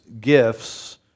gifts